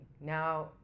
Now